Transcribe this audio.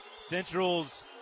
Central's